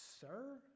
sir